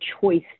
choice